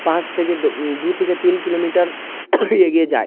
পাঁচ থেকে দু থেকে তিন কিলোমিটার এগিয়ে যায়